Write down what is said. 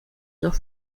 dos